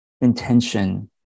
intention